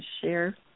share